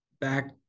back